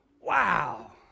wow